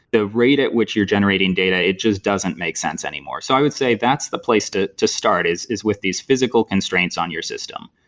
the rate at which you're generating data, it just doesn't make sense anymore. so i would say that's the place to to start, is is with these physical constraints on your system.